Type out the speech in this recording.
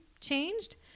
changed